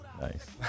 Nice